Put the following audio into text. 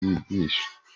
bigisha